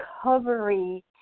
recovery